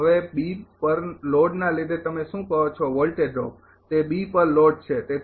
હવે પર લોડના લીધે તમે શું કહો છો વોલ્ટેજ ડ્રોપ તે પર લોડ છે તેથી